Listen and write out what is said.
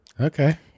Okay